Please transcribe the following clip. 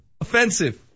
Offensive